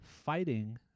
fighting